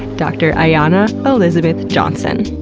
dr. ayana elizabeth johnson.